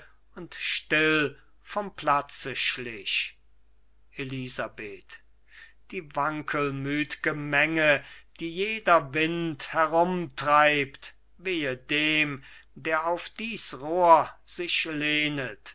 und still vom platze schlich elisabeth die wankelmüt'ge menge die jeder wind herumtreibt wehe dem der auf dies rohr sich